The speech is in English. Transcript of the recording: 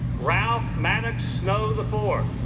ralph maddux know the for